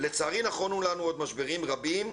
לצערי נכונו לנו עוד משברים רבים,